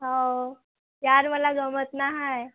हो यार मला जमत नाही आहे